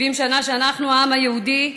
70 שנה שאנחנו, העם היהודי,